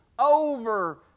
over